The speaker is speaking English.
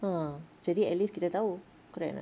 ah jadi at least kita tahu correct or not